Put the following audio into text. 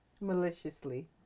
maliciously